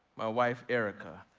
my wife, erica,